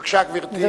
בבקשה, גברתי.